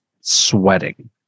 sweating